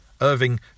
Irving